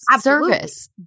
service